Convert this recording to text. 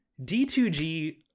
D2G